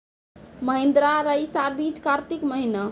महिंद्रा रईसा बीज कार्तिक महीना?